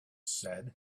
said